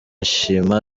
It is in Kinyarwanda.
shima